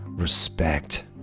respect